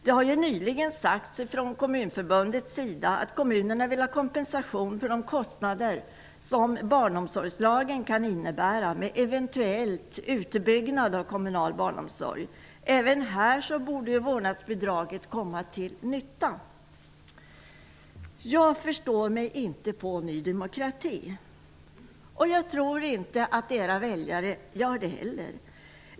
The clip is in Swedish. Det har ju nyligen sagts från Kommunförbundets sida att kommunerna vill ha kompensation för de kostnader som barnomsorgslagen kan innebära med eventuell utbyggnad av kommunal barnomsorg. Även här borde vårdnadsbidraget komma till nytta. Jag förstår mig inte på Ny demokrati. Det tror jag inte att era väljare gör heller.